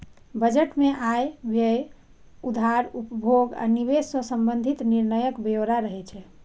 budget मे आय, व्यय, उधार, उपभोग आ निवेश सं संबंधित निर्णयक ब्यौरा रहै छै